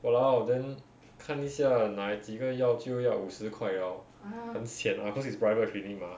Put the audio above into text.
!walao! then 看一下拿几个药就要五十块了很 sian lah cause is private clinic mah